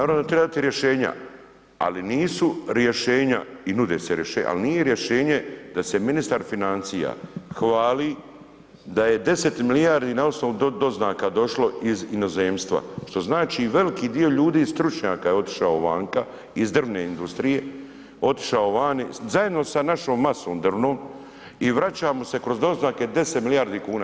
Naravno da trebate rješenja, ali nisu rješenja i nude se rješenja, al nije rješenje da se ministar financija hvali da je 10 milijardi na osnovu doznaka došlo iz inozemstva, što znači veliki dio ljudi i stručnjaka je otišao vanka iz drvne industrije, otišao vani zajedno sa našom masom drvnom i vraća mu se kroz doznake 10 milijardi kuna.